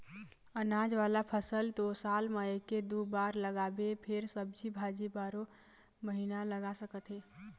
अनाज वाला फसल तो साल म एके दू बार लगाबे फेर सब्जी भाजी बारो महिना लगा सकत हे